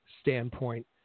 standpoint